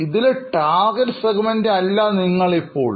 ഇതിലെ ടാർഗെറ്റ് സെഗ്മെന്റിൽ അല്ല നിങ്ങൾ ഇപ്പോൾ